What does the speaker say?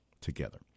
together